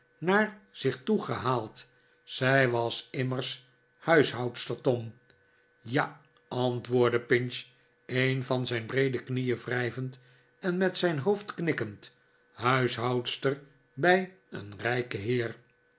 naar zich toe gehaald zij was immers huishoudster tom ja antwoordde pinch een van zijn breede knieen wrijvend en met zijn hoofd knikkend huislioudster bij een rijken heer